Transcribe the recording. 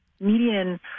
median